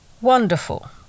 wonderful